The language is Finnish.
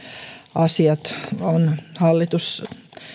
asiat on hallitus